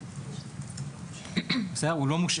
במקרה